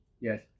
Yes